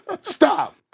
Stop